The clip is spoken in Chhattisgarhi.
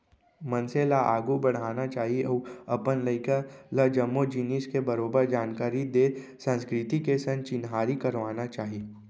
मनसे ल आघू बढ़ना चाही अउ अपन लइका ल जम्मो जिनिस के बरोबर जानकारी देत संस्कृति के संग चिन्हारी करवाना चाही